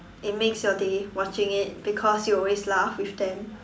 it makes your day watching it because you always laugh with them